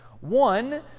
One